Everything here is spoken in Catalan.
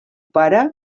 pare